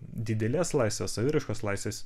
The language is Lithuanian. didelės laisvės saviraiškos laisvės